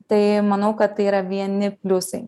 tai manau kad tai yra vieni pliusai